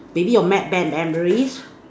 maybe your bad bad memories